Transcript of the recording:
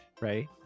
right